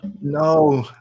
no